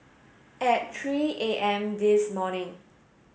at three A M this morning